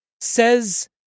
Says